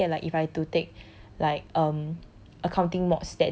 because like I scared lah I scared like if I to take like um